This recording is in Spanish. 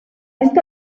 esta